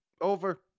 over